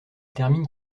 termine